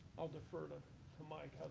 i'll defer to to mike.